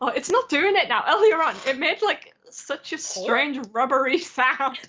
it's not doing it now, earlier on it made like such a strange rubbery sound.